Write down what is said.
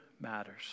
matters